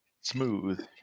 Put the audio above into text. Smooth